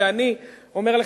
אני אומר לך,